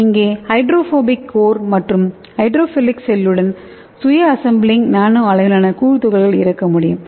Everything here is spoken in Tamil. இங்கே ஹைட்ரோபோபிக் கோர் மற்றும் ஹைட்ரோஃபிலிக் ஷெல்லுடன் சுய அசெம்பிளிங் நானோ அளவிலான கூழ் துகள்கள் இருக்க முடியும்